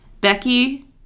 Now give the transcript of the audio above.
Becky